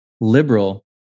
liberal